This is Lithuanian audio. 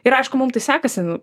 ir aišku mum tai sekasi